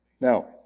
Now